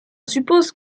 suppose